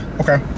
Okay